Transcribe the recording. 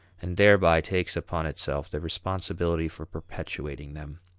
and thereby takes upon itself the responsibility for perpetuating them.